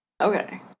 okay